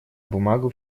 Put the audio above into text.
бумагу